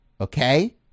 Okay